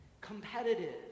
competitive